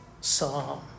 psalm